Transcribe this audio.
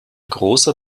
großer